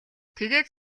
тэгээд